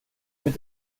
mit